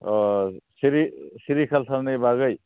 अ sericulture नि बागै